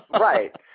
right